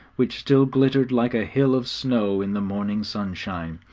which still glittered like a hill of snow in the morning sunshine,